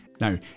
Now